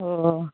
ಓ